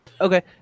Okay